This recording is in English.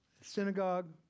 synagogue